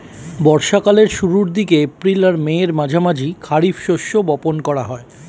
বর্ষা কালের শুরুর দিকে, এপ্রিল আর মের মাঝামাঝি খারিফ শস্য বপন করা হয়